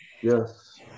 Yes